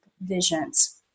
visions